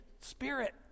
spirit